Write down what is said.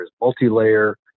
multi-layer